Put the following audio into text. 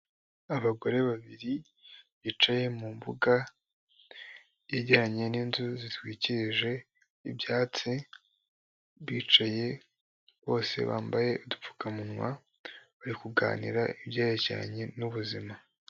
Abagore babiri bicaye mu mbuga yegeranye n'inzu zitwikirije ibyatsi, bicaye bose bambaye udupfukamunwa bari kuganira ibyerekeranye n'ubuzima.